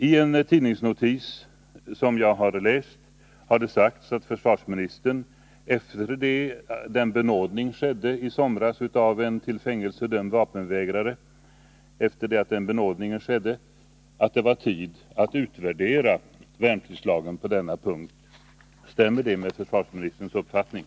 I en tidningsnotis som jag har läst stod det att försvarsministern efter det att benådning skedde i somras av en till fängelse dömd vapenvägrare sagt att det var tid att utvärdera värnpliktslagen på denna punkt. Stämmer det med försvarsministerns uppfattning?